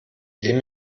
dem